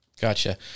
Gotcha